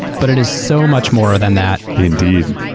but it is so much more than that. indeed.